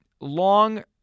long